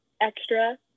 extra